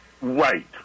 Right